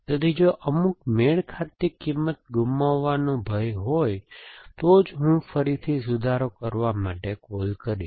તેથી જો અમુક મેળ ખાતી કિંમત ગુમાવવાનો ભય હોય તો જ હું ફરીથી સુધારો કરવા માટે કૉલ કરીશ